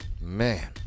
Man